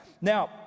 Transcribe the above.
Now